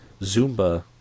Zumba